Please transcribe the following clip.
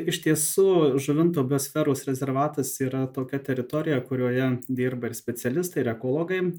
iš tiesų žuvinto biosferos rezervatas yra tokia teritorija kurioje dirba ir specialistai ir ekologai